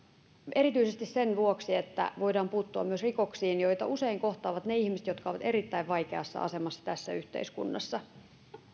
erityisesti sen vuoksi että voidaan puuttua myös rikoksiin joita usein kohtaavat ne ihmiset jotka ovat erittäin vaikeassa asemassa tässä yhteiskunnassa